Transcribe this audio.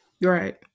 Right